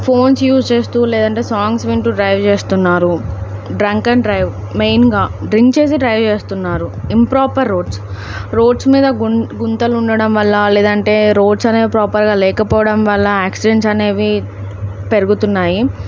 phones use చేస్తూ లేదంటే songs వింటూ డ్రైవ్ చేస్తున్నారు డ్రంకన్ డ్రైవ్ మెయిన్గా డ్రింక్స్ చేసి డ్రైవ్ చేస్తున్నారు ఇంపాపర్ రోడ్స్ రోడ్స్ మీద గుం గుంతలు ఉండడం వల్ల లేదంటే రోడ్స్ అనేవి ప్రాపర్గా లేకపోవడం వల్ల యాక్సిడెంట్స్ అనేవి పెరుగుతున్నాయి